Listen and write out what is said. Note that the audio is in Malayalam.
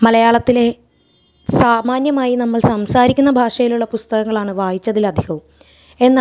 മലയാളത്തിലെ സാമാന്യമായി നമ്മൾ സംസാരിക്കുന്ന ഭാഷയിലുള്ള പുസ്തകങ്ങളാണ് വായിച്ചതിലധികവും എന്നാൽ